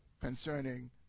concerning